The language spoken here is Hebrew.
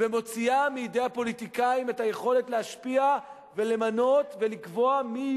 ומוציאה מידי הפוליטיקאים את היכולת להשפיע ולמנות ולקבוע מי